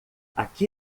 aqui